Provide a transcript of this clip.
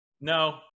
No